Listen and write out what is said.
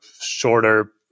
shorter